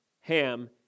Ham